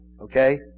Okay